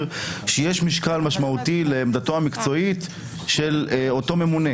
שיש משקל משמעותי לעמדתו המקצועית של אותו ממונה.